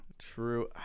True